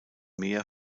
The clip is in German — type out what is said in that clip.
meer